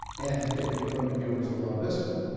and your woman viewers will love this one,